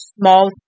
small